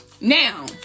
now